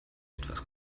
etwas